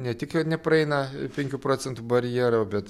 ne tik kad nepraeina penkių procentų barjero bet